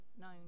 known